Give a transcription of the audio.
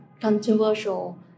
controversial